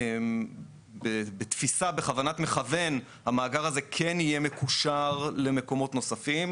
אנחנו בתפיסה בכוונת מכוון המאגר הזה כן יהיה מקושר למקומות נוספים,